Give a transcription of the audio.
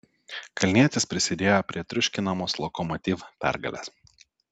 kalnietis prisidėjo prie triuškinamos lokomotiv pergalės